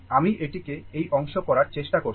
আমি এটাকে এই অংশ করার চেষ্টা করছি